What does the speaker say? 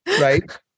right